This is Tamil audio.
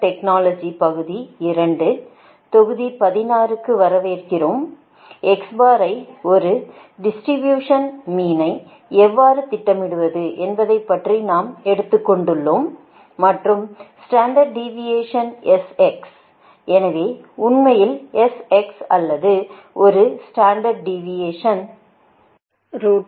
x ஐ ஒரு டிஸ்ட்ரிபியூஷன்லிருந்து மீனை எவ்வாறு திட்டமிடுவது என்பதைப் பற்றி நாம் எடுத்துக்கொண்டோம் மற்றும் ஸ்டாண்டர்ட் டீவியேஷன் sx